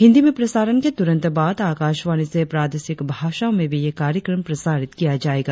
हिंदी में प्रसारण के तुरंत बाद आकाशवाणी से प्रादेशिक भाषाओं में भी यह कार्यक्रम प्रसारित किया जाएगा